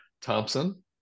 Thompson